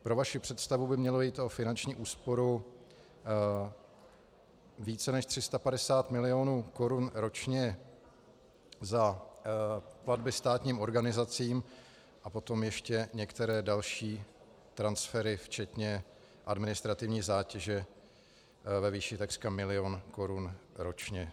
Pro vaši představu by mělo jít o finanční úsporu více než 350 milionů korun ročně za platby státním organizacím a potom ještě některé další transfery včetně administrativní zátěže ve výši takřka milion korun ročně.